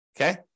Okay